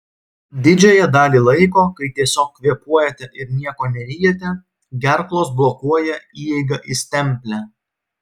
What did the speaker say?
didžiąją dalį laiko kai tiesiog kvėpuojate ir nieko neryjate gerklos blokuoja įeigą į stemplę